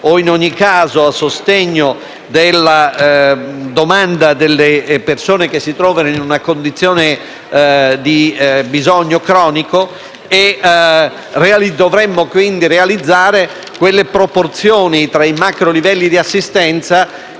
o in ogni caso a sostegno della domanda delle persone che si trovano in condizione di bisogno cronico. Dovremmo quindi realizzare quelle proporzioni tra i macrolivelli di assistenza,